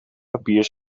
papier